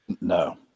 No